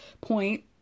point